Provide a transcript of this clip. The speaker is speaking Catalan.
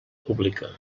pública